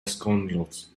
scoundrels